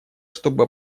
чтобы